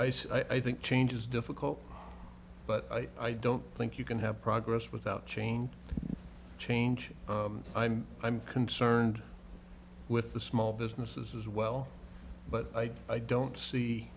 see i think change is difficult but i don't think you can have progress without change change i mean i'm concerned with the small businesses as well but i don't see